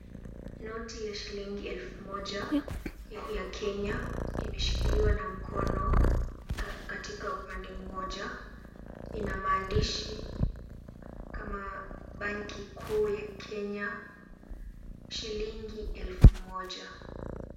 Noti ya shilingi elfu moja ya Kenya, imeshikiliwa na mkono, katika upande mmoja, ina maandishi kama banki kuu ya Kenya, shilingi elfu moja.